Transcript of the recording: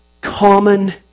common